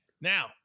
Now